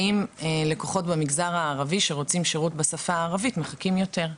האם לקוחות במגזר הערבי שרוצים שירות בשפה הערבית מחכים יותר?